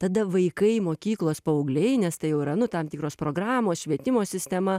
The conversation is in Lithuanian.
tada vaikai mokyklos paaugliai nes tai jau yra nu tam tikros programos švietimo sistema